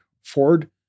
Ford